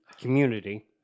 Community